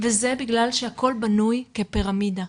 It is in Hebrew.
וזה בגלל שהכל בנוי כפירמידה.